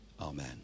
Amen